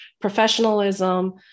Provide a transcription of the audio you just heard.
professionalism